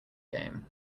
game